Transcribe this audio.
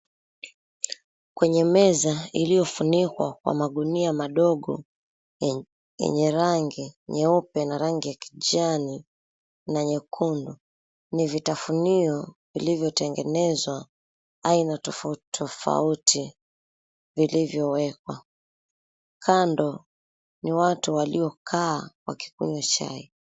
Kwenye meza iliyofunikwa kwa magunia madogo yenye rangi nyeupe na rangi ya kijani na nyekundu, ni vitafunio vilivyotengenezwa aina tofauti tofauti vilivyowekwa. Kando ni watu waliokaa wakikunywa chai.